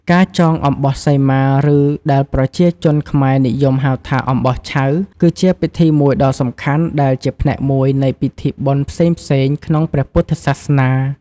ការចងអំបោះសីមា ឬដែលប្រជាជនខ្មែរនិយមហៅថាអំបោះឆៅ គឺជាពិធីមួយដ៏សំខាន់ដែលជាផ្នែកមួយនៃពិធីបុណ្យផ្សេងៗក្នុងព្រះពុទ្ធសាសនា។